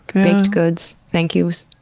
baked goods, thank yous?